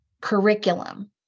curriculum